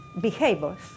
behaviors